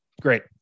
Great